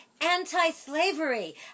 anti-slavery